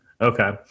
Okay